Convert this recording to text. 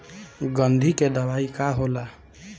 गंधी के दवाई का होला?